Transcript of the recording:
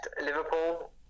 Liverpool